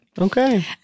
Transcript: Okay